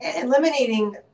eliminating